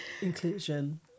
inclusion